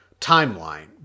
timeline